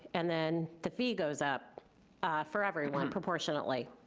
and then the fee goes up for everyone proportionately.